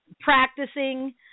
practicing